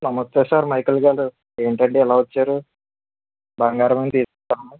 నమస్తే sir Michael గారు ఏంటండి ఇలా వచ్చారు బంగారం ఏమన్న తీసుకు వెళ్తారా